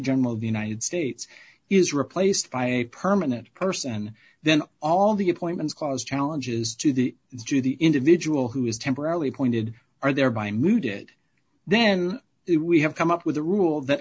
general of the united states is replaced by a permanent person then all the appointments cause challenges to the to the individual who is temporarily appointed are thereby mooted then it we have come up with a rule that